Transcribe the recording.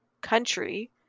country